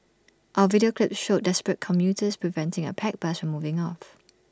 our video clip showed desperate commuters preventing A packed bus from moving off